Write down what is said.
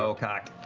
so cocked.